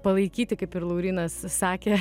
palaikyti kaip ir laurynas sakė